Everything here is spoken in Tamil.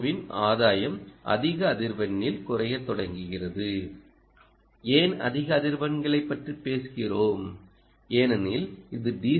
ஓவின் ஆதாயம் அதிக அதிர்வெண்களில் குறையத் தொடங்குகிறது ஏன் அதிக அதிர்வெண்களைப் பற்றி பேசுகிறோம் ஏனெனில் இது டி